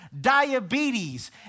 diabetes